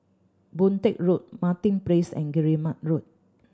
Boon Teck Road Martin Place and Guillemard Road